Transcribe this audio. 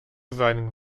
seinen